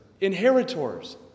inheritors